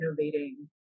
innovating